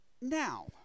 now